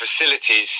facilities